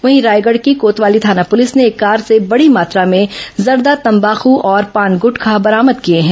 वहीं रायगढ़ की कोतवाली थाना पुलिस ने एक कार से बड़ी मात्रा में जर्दा तंबाकू और पान गुटखा बरामद किए हैं